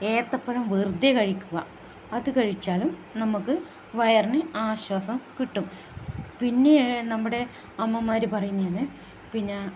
ഏത്തപ്പഴം വെറുതെ കഴിക്കുക അത് കഴിച്ചാലും നമുക്ക് വയറിന് ആശ്വാസം കിട്ടും പിന്നെ നമ്മുടെ അമ്മമാർ പറയുന്നതാണ് പിന്നെ